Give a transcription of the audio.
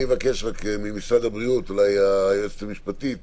אני מבקש ממשרד הבריאות אולי היועצת המשפטית